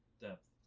depth